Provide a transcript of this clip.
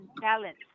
balance